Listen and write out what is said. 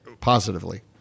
positively